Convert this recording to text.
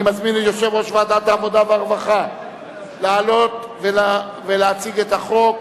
אני מזמין את יושב-ראש ועדת העבודה והרווחה לעלות ולהציג את החוק.